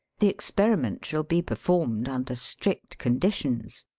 the experiment shall be performed under strict conditions.